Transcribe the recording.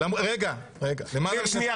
שנייה,